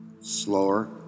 slower